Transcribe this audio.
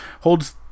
holds